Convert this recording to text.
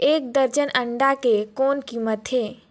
एक दर्जन अंडा के कौन कीमत हे?